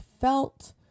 felt